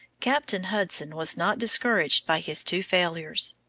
captain hudson was not discouraged by his two failures.